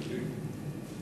התשס"ט 2009,